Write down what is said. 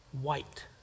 White